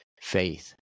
Faith